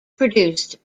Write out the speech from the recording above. produced